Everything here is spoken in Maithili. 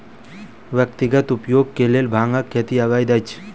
व्यक्तिगत उपयोग के लेल भांगक खेती अवैध अछि